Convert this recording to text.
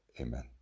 Amen